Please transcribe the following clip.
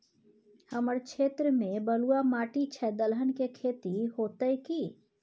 हमर क्षेत्र में बलुआ माटी छै, दलहन के खेती होतै कि?